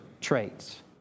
traits